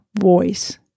voice